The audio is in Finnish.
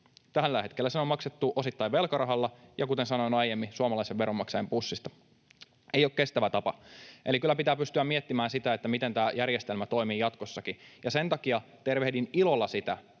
Tällä hetkellä se on maksettu osittain velkarahalla, ja kuten sanoin aiemmin, suomalaisten veronmaksajien pussista. Ei ole kestävä tapa. Eli kyllä pitää pystyä miettimään sitä, miten tämä järjestelmä toimii jatkossakin. Ja sen takia tervehdin ilolla sitä,